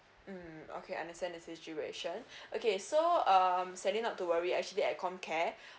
mm okay I understand the situation okay so um sally not to worry actually at com care